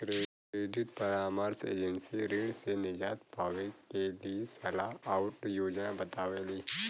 credit परामर्श agency ऋण से निजात पावे क लिए सलाह आउर योजना बतावेली